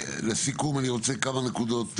לסיכום אני רוצה כמה נקודות,